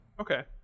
Okay